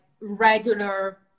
regular